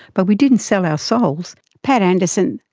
but we didn't sell our souls. pat anderson,